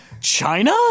China